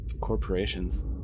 corporations